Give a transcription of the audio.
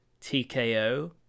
TKO